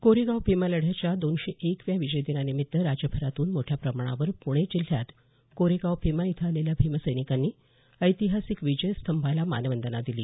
कोरेगाव भीमा लढ्याच्या दोनशे एकव्या विजय दिनानिमित्त राज्यभरातून मोठ्या प्रमाणावर पुणे जिल्ह्यात कोरेगाव भीमा इथं आलेल्या भीमसैनिकांनी ऐतिहासिक विजयस्तंभास मानवंदना दिली